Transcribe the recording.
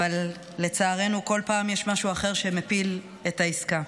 אבל לצערנו כל פעם יש משהו אחר שמפיל את העסקה.